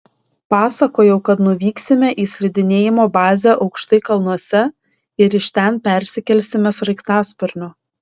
pasakojau kad nuvyksime į slidinėjimo bazę aukštai kalnuose ir iš ten persikelsime sraigtasparniu